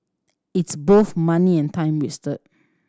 it's both money and time wasted